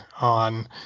on